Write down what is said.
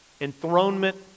enthronement